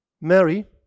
Mary